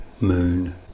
moon